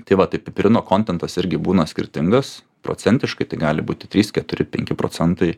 tai va tai pipirino kontentas irgi būna skirtingas procentiškai tai gali būti trys keturi penki procentai